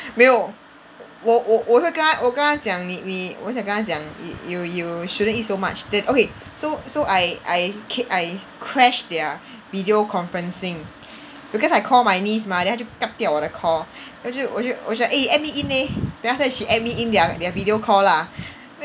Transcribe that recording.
没有我我我是刚才我刚刚讲你你我想跟她讲你 you you shouldn't eat so much then okay so so I I cr~ I crashed their video conferencing because I call my niece mah then 她就 kup 掉我的 call 我就我就我就讲 eh add me in leh then after that she add me in their their video call lah